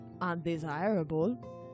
undesirable